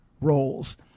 roles